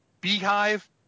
Beehive